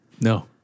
No